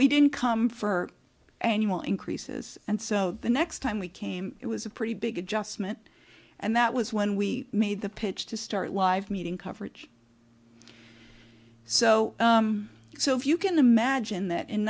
we didn't come for annual increases and so the next time we came it was a pretty big adjustment and that was when we made the pitch to start live meeting coverage so so if you can imagine that in